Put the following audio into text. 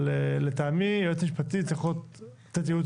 אבל לטעמי יועץ משפטי צריך לתת ייעוץ